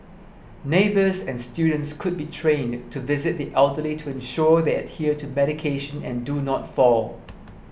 neighbours and students could be trained to visit the elderly to ensure they adhere to medication and do not fall